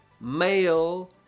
male